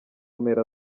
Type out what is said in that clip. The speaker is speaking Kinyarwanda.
mpera